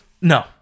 no